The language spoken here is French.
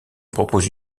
propose